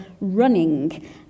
running